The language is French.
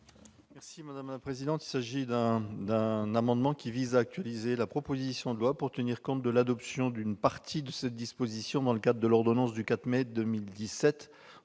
est à M. le rapporteur. Le présent amendement vise à actualiser la proposition de loi, pour tenir compte de l'adoption d'une partie de cette disposition dans le cadre de l'ordonnance du 4 mai 2017